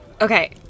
okay